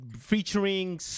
featuring